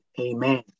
Amen